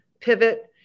pivot